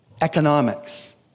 economics